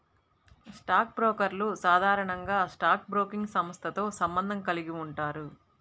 stock బ్రోకర్లు సాధారణంగా stock broking సంస్థతో సంబంధం కలిగి ఉంటారు